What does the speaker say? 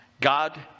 God